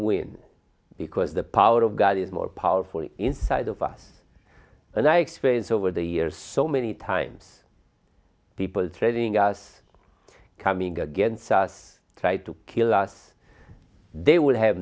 win because the power of god is more powerful inside of us and i experience over the years so many times people trading us coming against us tried to kill us they will have